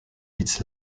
its